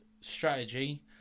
strategy